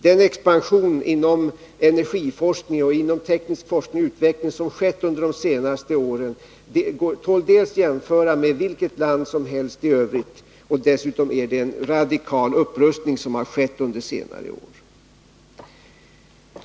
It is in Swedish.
Den expansion inom energiforskning och inom teknisk forskning och utveckling som har skett under de senaste åren tål att jämföras med vad som skett i vilket land som helst, och dessutom har en radikal upprustning ägt rum under senare år.